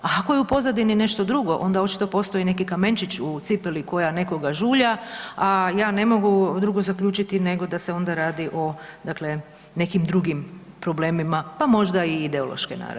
A ako je u pozadini nešto drugo onda očito postoji neki kamenčić u cipeli koja nekoga žulja, a ja ne mogu drugo zaključiti nego da se onda radi o, dakle nekim drugim problemima, pa možda i ideološke naravi.